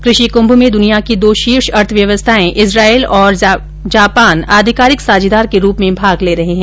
क्रषि क्रंम में दुनिया की दो शीर्ष अर्थव्यवस्थाएं इस्रायल और जापान आधिकारिक साझीदार के रूप में भाग ले रहे हैं